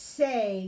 say